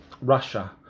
Russia